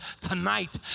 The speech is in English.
tonight